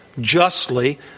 justly